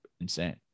insane